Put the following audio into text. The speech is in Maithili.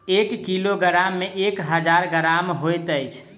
एक किलोग्राम मे एक हजार ग्राम होइत अछि